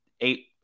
eight